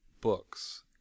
books